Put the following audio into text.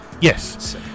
Yes